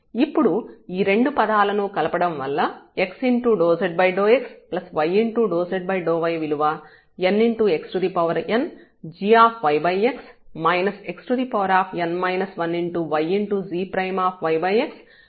ఇప్పుడు ఈ రెండు పదాలను కలపడం వల్ల x∂z∂xy∂z∂y విలువ nxn gyx xn 1ygyxxn 1ygyx అవుతుంది